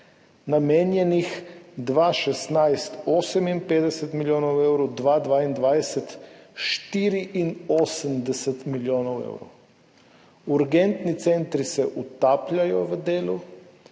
namenjenih leta 2016 58 milijonov evrov, leta 2022 84 milijonov evrov. Urgentni centri se utapljajo v delu,